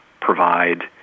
provide